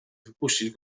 wypuścić